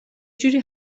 جوری